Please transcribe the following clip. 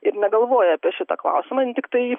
ir negalvoja apie šitą klausimą inai tiktai